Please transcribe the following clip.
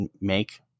make